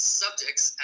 subjects